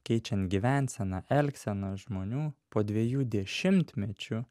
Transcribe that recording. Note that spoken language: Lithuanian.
keičiant gyvenseną elgseną žmonių po dviejų dešimtmečių